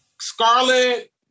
Scarlet